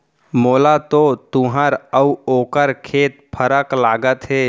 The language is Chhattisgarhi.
मोला तो तुंहर अउ ओकर खेत फरक लागत हे